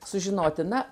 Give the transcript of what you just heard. sužinoti na